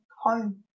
home